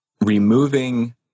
removing